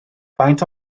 faint